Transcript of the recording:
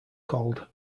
called